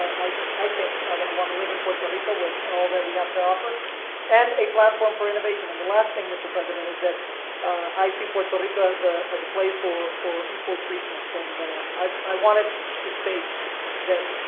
i i think, are going to want to live in puerto rico with all that we have to offer and a platform for innovation. and the last thing, mr. president, is that i see puerto rico as ah a place for for equal treatment. and i wanted to state that,